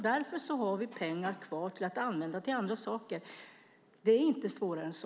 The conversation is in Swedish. Därför har vi pengar kvar att använda till andra saker. Det är inte svårare än så.